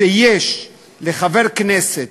שיש לחבר כנסת,